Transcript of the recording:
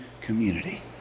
community